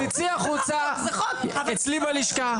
צאי החוצה אצלי בלשכה.